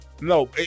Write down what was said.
No